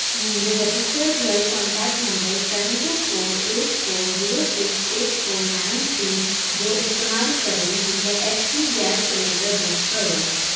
मुंहिंजे रजिस्टर थियल contact number seven two four eight four zero six eight four nine three जो इस्तेमालु करे हिकु एच पी गैस सिलेंडरु बुक कयो